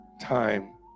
time